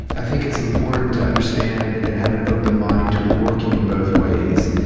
i think it's important to understand and have an open mind to it working in both ways.